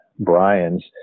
Brian's